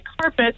carpet